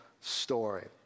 story